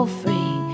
free